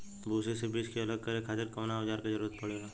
भूसी से बीज के अलग करे खातिर कउना औजार क जरूरत पड़ेला?